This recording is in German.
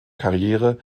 karriere